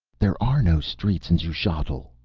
there are no streets in xuchotl,